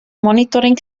monitoring